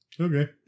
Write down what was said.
Okay